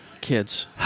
Kids